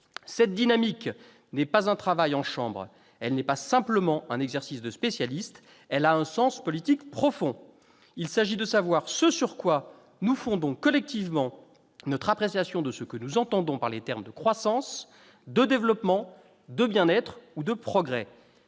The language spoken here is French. Cette dynamique n'est pas un travail en chambre, elle n'est pas simplement un exercice de spécialistes, elle a un sens politique profond. Il s'agit de savoir ce sur quoi nous fondons collectivement notre appréciation de ce que nous entendons par les termes de croissance, de développement, de bien-être ou de progrès